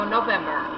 November